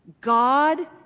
God